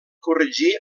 corregir